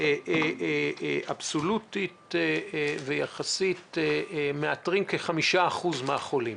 אבסולוטית ויחסית מאתרים כ-5% מהחולים.